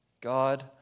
God